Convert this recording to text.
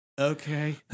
okay